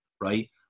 right